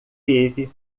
teve